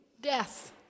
death